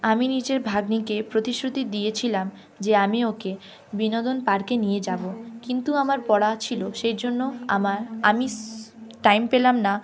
আমি নিজের ভাগ্নিকে প্রতিশ্রুতি দিয়েছিলাম যে আমি ওকে বিনোদন পার্কে নিয়ে যাব কিন্তু আমার পড়া ছিল সেই জন্য আমার আমি টাইম পেলাম না